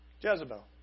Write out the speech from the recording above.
Jezebel